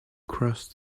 crossed